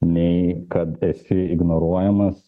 nei kad esi ignoruojamas